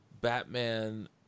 Batman